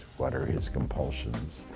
what are his compulsions?